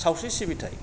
सावस्रि सिबिथाय